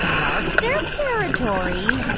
mark their territory,